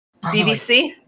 BBC